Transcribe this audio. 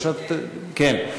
כן.